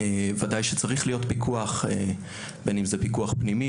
ודאי שצריך להיות פיקוח בין אם זה פיקוח פנימי,